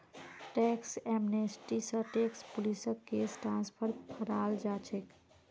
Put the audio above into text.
tax amnesty स tax पुलिसक case transfer कराल जा छेक